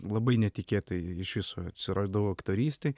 labai netikėtai iš viso atsiradau aktorystėj